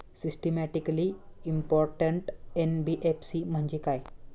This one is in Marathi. सिस्टमॅटिकली इंपॉर्टंट एन.बी.एफ.सी म्हणजे काय?